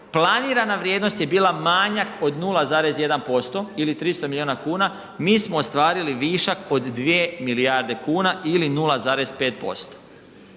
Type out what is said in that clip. planirana vrijednost je bila manjak od 0,1% ili 300 milijuna kuna, mi smo ostvarili višak od 2 milijarde kuna ili 0,5%,